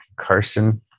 Carson